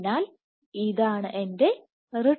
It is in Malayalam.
അതിനാൽ ഇതാണ് എന്റെ റിട്രോഗ്രേഡ് ഫ്ലോ